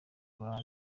choir